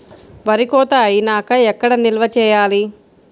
వరి కోత అయినాక ఎక్కడ నిల్వ చేయాలి?